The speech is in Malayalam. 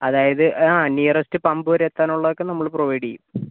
അതായത് ആ നിയറെസ്റ്റ് പമ്പ് വരെ എത്താനുള്ളതൊക്കെ നമ്മൾ പ്രൊവൈഡ് ചെയ്യും